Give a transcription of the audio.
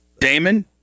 Damon